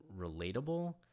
relatable